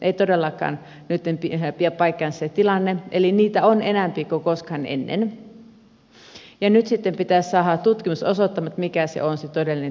ei todellaan nytten pidä paikkaansa se tilanne eli niitä on enempi kuin koskaan ennen ja nyt sitten pitäisi saada tutkimus osoittamaan mikä on se todellinen tilanne